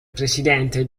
presidente